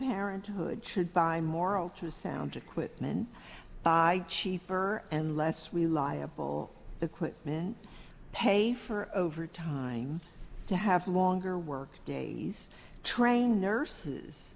parenthood should buy moral to sound equipment cheaper and less reliable equipment pay for overtime to have longer work days trained nurses